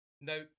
Now